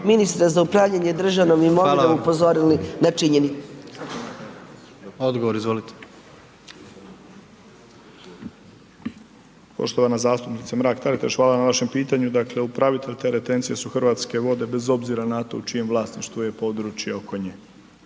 Gordan (HDZ)** Odgovor, izvolite. **Ćorić, Tomislav (HDZ)** Poštovana zastupnice Mrak-Taritaš, hvala na vašem pitanju. Dakle, upravitelj te retencije su Hrvatske vode, bez obzira na to u čijem vlasništvu je područje oko nje